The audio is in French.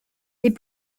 les